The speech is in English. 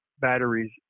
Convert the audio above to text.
batteries